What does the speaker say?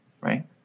Right